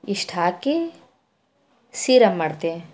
ಇಷ್ಟು ಹಾಕಿ ಸೀರಾ ಮಾಡ್ತೆ